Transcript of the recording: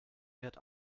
wird